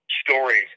stories